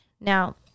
Now